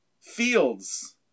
fields